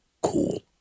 cool